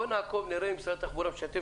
בוא נעקוב ונראה אם משרד התחבורה משתף